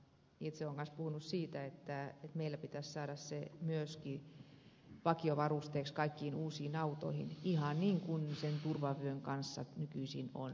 itse olen myös puhunut siitä että meillä pitäisi saada se myöskin vakiovarusteeksi kaikkiin uusin autoihin ihan niin kuin sen turvavyön kanssa nykyisin on samalla lailla